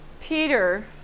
Peter